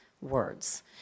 words